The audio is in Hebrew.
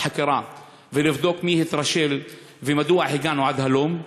חקירה ולבדוק מי התרשל ומדוע הגענו עד הלום,